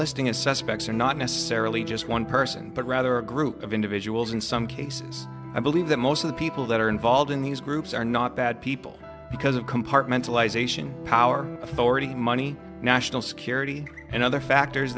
listing as suspects are not necessarily just one person but rather a group of individuals in some cases i believe that most of the people that are involved in these groups are not bad people because of compartmentalisation power authority money national security and other factors